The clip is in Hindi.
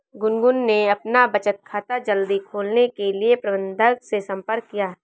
गुनगुन ने अपना बचत खाता जल्दी खोलने के लिए प्रबंधक से संपर्क किया